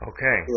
Okay